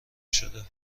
شده